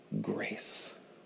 grace